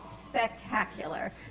spectacular